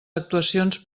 actuacions